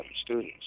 students